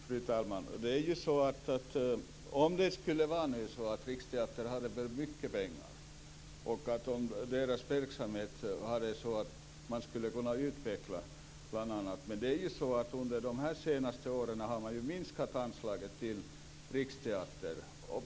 Fru talman! Om det vore så väl att Riksteatern hade så mycket pengar så att dess verksamhet skulle kunna utvecklas. Men under de senaste åren har man minskat anslagen till Riksteatern.